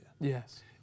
Yes